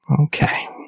Okay